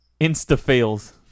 Insta-fails